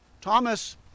Thomas